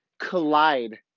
collide